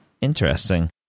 Interesting